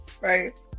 right